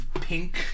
pink